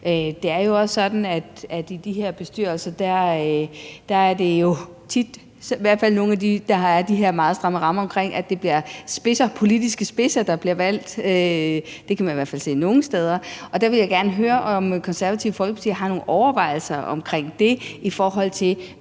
i nogle af dem, der har de her meget stramme rammer omkring sig – sådan, at det bliver politiske spidser, der bliver valgt. Det kan man i hvert fald se nogle steder. Der vil jeg godt høre, om Det Konservative Folkeparti har nogle overvejelser om det, i forhold til